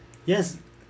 yes